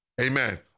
Amen